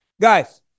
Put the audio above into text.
Guys